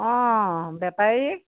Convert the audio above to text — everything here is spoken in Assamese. অঁ বেপাৰী